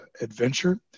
adventure